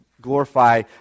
glorify